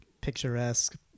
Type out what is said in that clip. picturesque